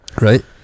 Right